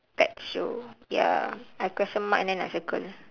pet show ya I question mark and then I circle